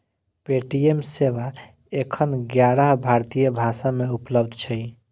Paytm सेवा एखन ग्यारह भारतीय भाषा मे उपलब्ध छै